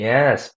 Yes